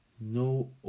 no